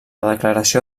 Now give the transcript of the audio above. declaració